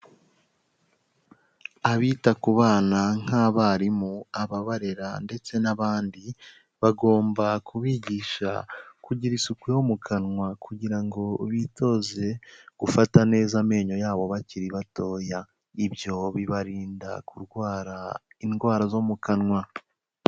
Abita ku bana nk'abarimu, ababarera ndetse n'abandi bagomba kubigisha kugira isuku yo mu kanwa kugira ngo bitoze gufata neza amenyo yabo bakiri batoya, ibyo bibarinda kurwara indwara zo mu kanwa.